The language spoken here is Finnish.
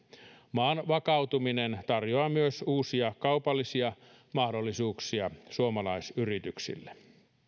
maan vakautuminen tarjoaa myös uusia kaupallisia mahdollisuuksia suomalaisyrityksille